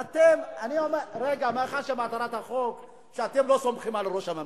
אמר נכון, שאתם לא סומכים על ראש הממשלה.